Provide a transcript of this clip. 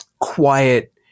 quiet